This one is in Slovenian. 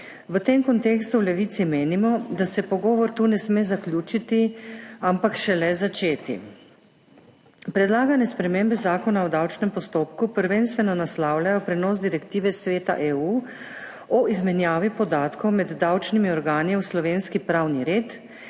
V tem kontekstu v Levici menimo, da se pogovor tu ne sme zaključiti, ampak šele začeti. Predlagane spremembe Zakona o davčnem postopku prvenstveno naslavljajo prenos direktive Sveta EU o izmenjavi podatkov med davčnimi organi v slovenski pravni red